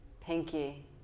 pinky